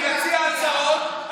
אני אציע הצעות,